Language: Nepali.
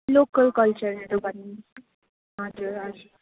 लोकल कल्चरहरू भनिदिनु हजुर हवस्